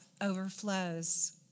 overflows